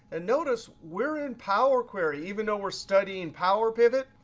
and notice we're in power query. even though we're studying power pivot,